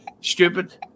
stupid